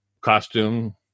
costume